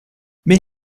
mais